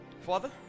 Father